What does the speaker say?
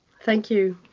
thank you.